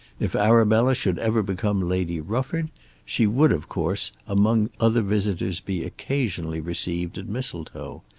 if arabella should ever become lady rufford she would of course among other visitors be occasionally received at mistletoe.